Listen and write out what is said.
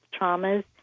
traumas